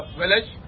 village